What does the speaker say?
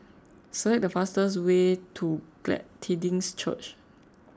select the fastest way to Glad Tidings Church